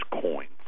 coins